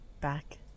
back